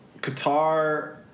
Qatar